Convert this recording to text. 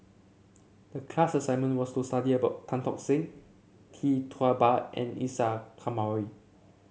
the class assignment was to study about Tan Tock Seng Tee Tua Ba and Isa Kamari